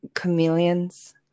chameleons